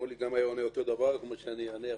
וגם מולי היה עונה אותו דבר כמו שאני עונה.